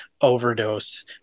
overdose